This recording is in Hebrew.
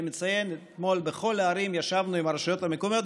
אני מציין שאתמול בכל הערים ישבנו עם הרשויות המקומיות.